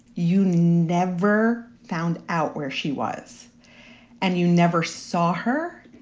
you never found out where she was and you never saw her.